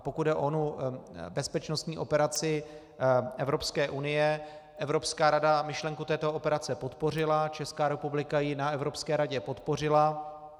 Pokud jde o onu bezpečnostní operaci Evropské unie, Evropská rada myšlenku této operace podpořila, Česká republika ji na Evropské radě podpořila.